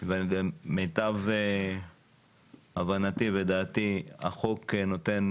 ולמיטב הבנתי ודעתי, החוק נותן